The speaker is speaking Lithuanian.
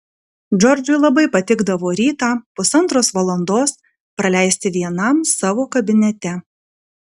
džordžui labai patikdavo rytą pusantros valandos praleisti vienam savo kabinete